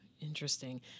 Interesting